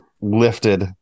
lifted